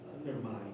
undermine